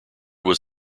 was